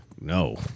no